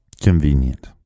Convenient